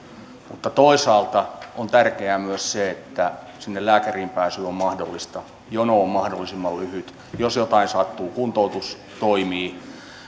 mutta toisaalta on tärkeää myös se että lääkäriin pääsy on mahdollista jono on mahdollisimman lyhyt jos jotain sattuu kuntoutus toimii ja